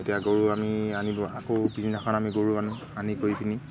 এতিয়া গৰু আমি আনিব আকৌ পিছদিনাখন আমি গৰু আনো আনি কৰি পিনি